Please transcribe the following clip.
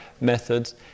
methods